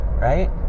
right